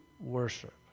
worship